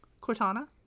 cortana